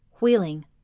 wheeling